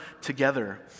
together